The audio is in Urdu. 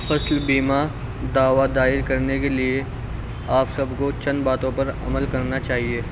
فصل بیمہ دعوی دائر کرنے کے لیے آپ سب کو چند باتوں پر عمل کرنا چاہیے